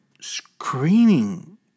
screaming